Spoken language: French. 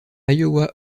iowa